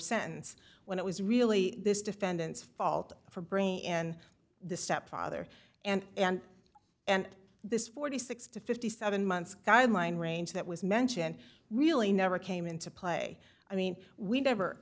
sentence when it was really this defendant's fault for bringing in the stepfather and and this forty six to fifty seven months guideline range that was mentioned really never came into play i mean we never